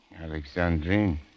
Alexandrine